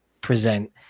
present